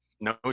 no